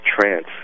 trance